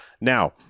Now